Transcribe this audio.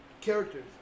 characters